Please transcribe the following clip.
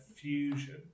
Fusion